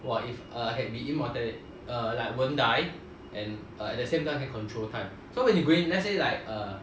!wah! if err immortalit~ err like won't die and err at the same time can control time so when you go in let's say like err